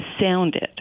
sounded